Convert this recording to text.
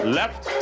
left